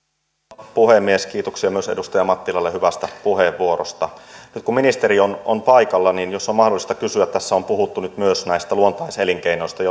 rouva puhemies kiitoksia myös edustaja mattilalle hyvästä puheenvuorosta nyt kun ministeri on on paikalla niin kysyn jos tässä on mahdollista kysyä tässä on puhuttu nyt myös näistä luontaiselinkeinoista